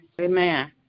Amen